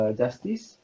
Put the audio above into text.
justice